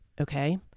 Okay